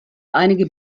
einige